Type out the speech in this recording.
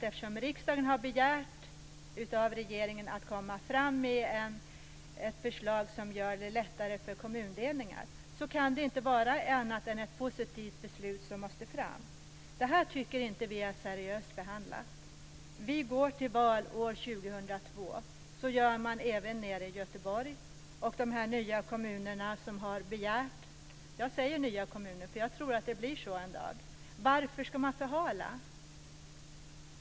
Eftersom riksdagen har begärt att regeringen ska komma med ett förslag som underlättar kommundelningar kan det inte vara annat än ett positivt beslut som måste fram. Vi tycker inte att detta har blivit seriöst behandlat. Vi går ju till val år 2002, så också nere i Göteborg. När det gäller de nya kommunerna - jag säger så därför att jag tror att det en dag blir så - undrar jag: Varför ska man förhala?